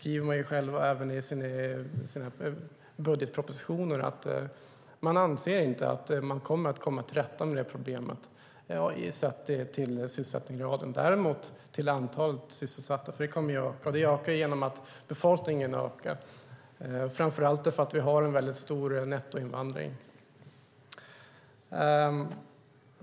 Regeringen skriver i sina budgetpropositioner att man inte anser sig kunna komma till rätta med problemet sett till sysselsättningsgraden. Däremot gör man det sett till antalet sysselsatta eftersom det ökar genom att befolkningen ökar, framför allt för att vi har en stor nettoinvandring.